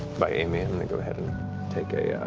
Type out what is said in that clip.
by aimee. i'm going to go ahead and take a.